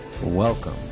Welcome